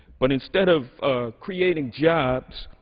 but instead of creating jobs,